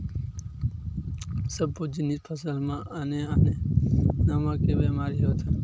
सब्बो जिनिस फसल म आने आने नाव के बेमारी होथे